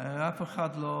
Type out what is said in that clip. אף אחד לא